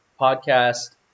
podcast